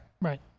Right